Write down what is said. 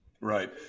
Right